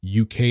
UK